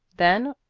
then,